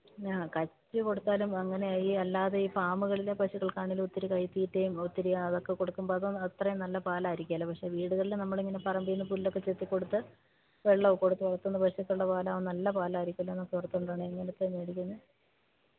ആ കച്ചികൊടുത്താലും അങ്ങനെ ഈ അല്ലാതെ ഈ ഫാമുകളിലെ പശുക്കൾക്കാണെങ്കിലും ഒത്തിരി കൈത്തീറ്റയും ഒത്തിരി അതൊക്കെ കൊടുക്കുമ്പോൾ അത് അത്രയും നല്ല പാലായിരിക്കില്ല പക്ഷെ വീടുകളിലെ നമ്മളിങ്ങനെ പറമ്പിൽനിന്ന് പുല്ലൊക്കെ ചെത്തിക്കൊടുത്ത് വെള്ളമൊക്കെ കൊടുത്ത് വളർത്തുന്ന പശുക്കളുടെ പാലാ നല്ല പാലായിരിക്കുമല്ലോ എന്നൊക്കെ ഓർത്തുകൊണ്ടാണ് ഇങ്ങനെത്തെ വേടിക്കുന്നത്